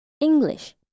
English